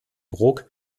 brok